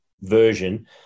version